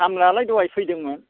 खामलायलाय दहाय फैदोंमोन